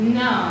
no